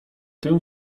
tym